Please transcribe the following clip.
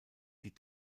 die